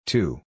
Two